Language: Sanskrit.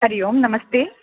हरि ओं नमस्ते